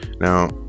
now